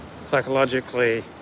psychologically